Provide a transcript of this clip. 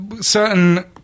certain